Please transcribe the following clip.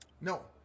No